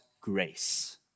grace